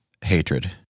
hatred